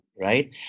right